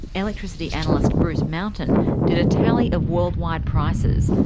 electricity analyst bruce mountain did a tally of worldwide prices,